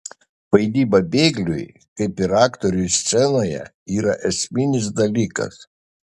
vaidyba bėgliui kaip ir aktoriui scenoje yra esminis dalykas